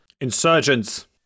Insurgents